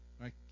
Right